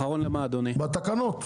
האחרון בתקנות?